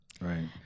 right